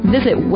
Visit